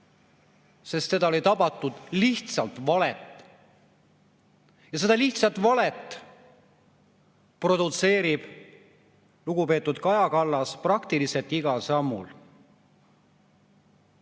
sest teda oli tabatud lihtsalt valelt. Seda lihtsat valet produtseerib lugupeetud Kaja Kallas praktiliselt igal sammul.